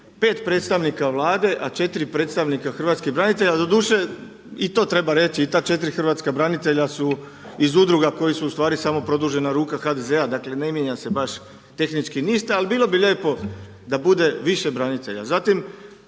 5 predstavnika Vlade a 4 predstavnika hrvatskih branitelja. Doduše i to treba reći i ta 4 hrvatska branitelja su iz udruga koji su ustvari samo produžena ruka HDZ-a, dakle ne mijenja se baš tehnički ništa. Ali bilo bi lijepo da bude više branitelja. Zatim,